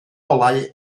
olau